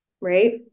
right